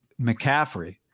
McCaffrey